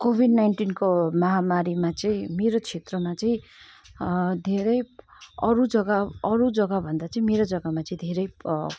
covid नाइन्टिनको महामारीमा चाहिँ मेरो क्षेत्रमा चाहिँ धेरै अरू जग्गा अरू जग्गाभन्दा चाहिँ मेरो जग्गामा चाहिँ धेरै